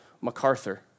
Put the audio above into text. MacArthur